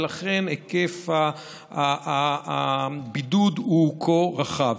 ולכן היקף הבידוד הוא כה רחב.